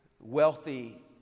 wealthy